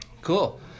Cool